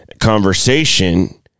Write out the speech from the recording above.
conversation